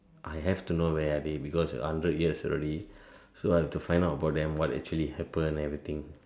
I have to know where are they because hundred years already so I have to find out about them what actually happen everything